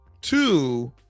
two